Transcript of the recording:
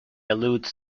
alludes